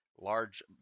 large